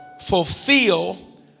Fulfill